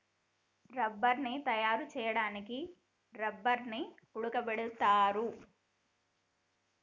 రబ్బర్ని తయారు చేయడానికి రబ్బర్ని ఉడకబెడతారు